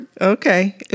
Okay